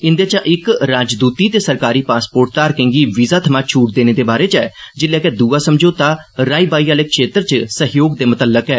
इन्दे चा इक राजदूती ते सरकारी पासपोर्ट धारकें गी वीज़ा थमां छूट देने दे बारै च ऐ जेल्लै के दुआ समझौता राई बाई आले क्षेत्र च सैहयोग दे मुत्तल्लक ऐ